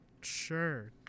sure